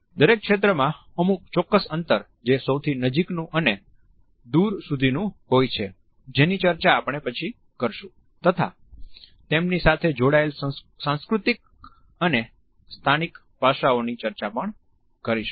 દરેક ક્ષેત્રમાં અમુક ચોક્કસ અંતર જે સૌથી નજીકનું અને દૂર સુધીનું હોય છે જેની ચર્ચા આપણે પછી કરીશું તથા તેમની સાથે જોડાયેલ સાંસ્કૃતિક અને સ્થાનિક પાસાંઓની ચર્ચા પણ કરશું